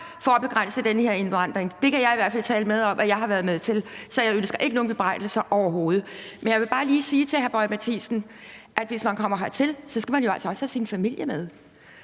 for at begrænse den her indvandring. Det kan jeg i hvert fald tale med om at jeg har været med til, så jeg ønsker ikke nogen bebrejdelser overhovedet. Men jeg vil bare lige sige til hr. Lars Boje Mathiesen, at hvis man kommer hertil, skal man jo altså også have sin familie med,